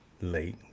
late